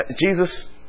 Jesus